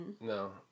no